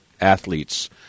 athletes